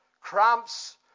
cramps